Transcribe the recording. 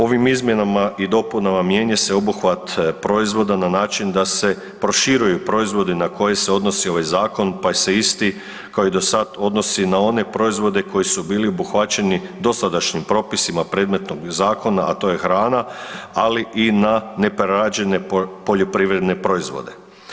Ovim izmjenama i dopunama mijenja se obuhvat proizvoda na način da se proširuju proizvodi na koje se odnosi ovaj zakon pa se isti kao i do sada odnosi na one proizvode koji su bili obuhvaćeni dosadašnjim propisima predmetnog zakona, a to je hrana, ali i na neprerađene poljoprivredne proizvode.